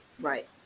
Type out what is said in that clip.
Right